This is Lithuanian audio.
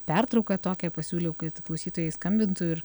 pertrauką tokią pasiūliau kad klausytojai skambintų ir